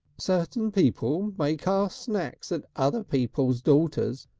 certain people may cast snacks at other people's daughters,